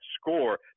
score